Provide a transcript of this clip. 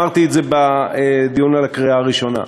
אמרתי את זה בדיון בקריאה הראשונה,